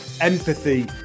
empathy